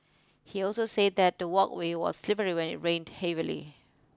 he also said that the walkway was slippery when it rained heavily